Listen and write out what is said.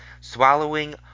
swallowing